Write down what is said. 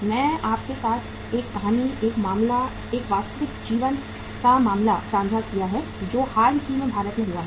मैंने आपके साथ एक कहानी एक मामला एक वास्तविक जीवन का मामला साझा किया है जो हाल ही में भारत में हुआ है